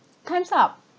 time's up